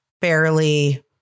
barely